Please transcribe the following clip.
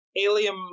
Alien